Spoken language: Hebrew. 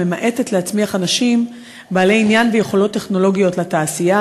שממעטת להצמיח אנשים בעלי עניין ויכולות טכנולוגיות לתעשייה,